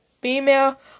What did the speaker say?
female